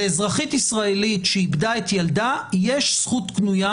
לאזרחית ישראלית שאיבדה את ילדה יש זכות קנויה